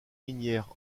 minières